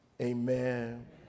Amen